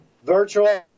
Virtual